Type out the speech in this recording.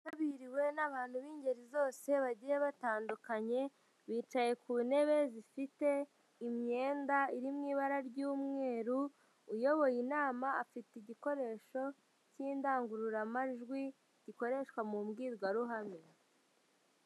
Yitabiriwe n'abantu b'ingeri zose bagiye batandukanye bicaye ku ntebe zifite imyenda iri mu ibara ry'umweru, uyoboye inama afite igikoresho cy'indangururamajwi gikoreshwa mu mbwirwaruhame.